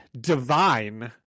divine